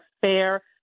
fair